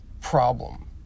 problem